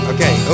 Okay